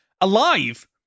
alive